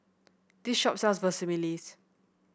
this shop sells Vermicelli